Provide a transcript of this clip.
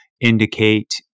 indicate